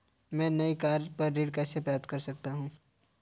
मैं नई कार पर ऋण कैसे प्राप्त कर सकता हूँ?